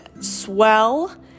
swell